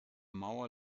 mauer